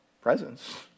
presence